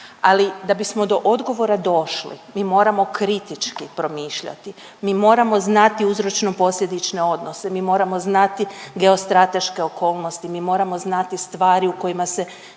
Ali da bismo do odgovora došli, mi moramo kritički promišljati, mi moramo znati uzročno posljedične odnose, mi moramo znati geostrateške okolnosti, mi moramo znati stvari u kojima se